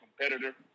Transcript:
competitor